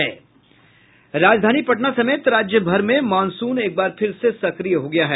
राजधानी पटना समेत राज्य भर में मॉनसून एकबार फिर से सक्रिय हो गया है